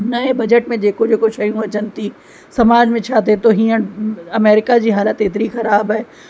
नए बजट में जेको जेको शयूं अचनि थी समाज में छा थिए थो हींअर अमेरिका जी हालति एतरी ख़राबु आहे